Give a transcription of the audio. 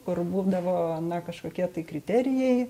kur būdavo na kažkokie tai kriterijai